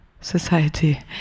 society